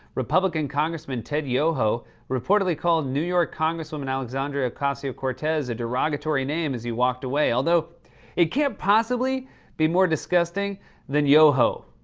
republican congressman ted yoho reportedly called new york congresswoman alexandria ocasio-cortez a derogatory name as he walked away, although it can't possibly be more disgusting than yoho.